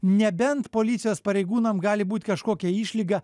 nebent policijos pareigūnam gali būt kažkokia išlyga